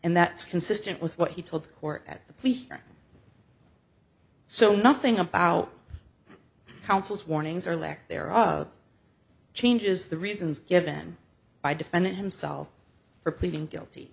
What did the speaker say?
and that's consistent with what he told the court at the plea so nothing about counsel's warnings or lack there of changes the reasons given by defendant himself for pleading guilty